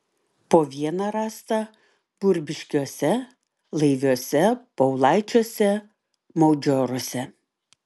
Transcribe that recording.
po vieną rasta burbiškiuose laiviuose paulaičiuose maudžioruose